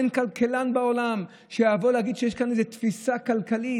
אין כלכלן בעולם שיבוא להגיד שיש כאן איזו תפיסה כלכלית,